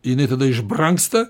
jinai tada iš brangsta